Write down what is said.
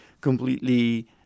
completely –